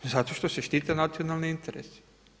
Zato što se štite nacionalni interesi.